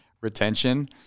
retention